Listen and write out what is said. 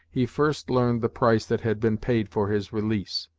he first learned the price that had been paid for his release.